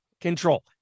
control